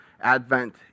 Advent